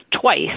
twice